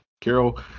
Carol